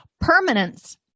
permanence